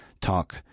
talk